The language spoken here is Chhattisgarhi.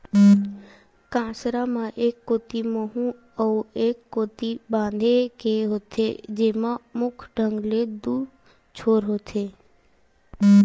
कांसरा म एक कोती मुहूँ अउ ए कोती बांधे के होथे, जेमा मुख्य ढंग ले दू छोर होथे